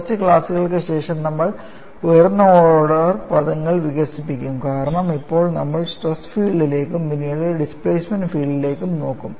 കുറച്ച് ക്ലാസ്സുകൾക്ക് ശേഷം നമ്മൾ ഉയർന്ന ഓർഡർ പദങ്ങൾ വികസിപ്പിക്കും കാരണം ഇപ്പോൾ നമ്മൾ സ്ട്രെസ് ഫീൽഡിലേക്കും പിന്നീട് ഡിസ്പ്ലേസ്മെന്റ് ഫീൽഡിലേക്കും നോക്കും